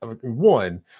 one